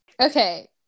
okay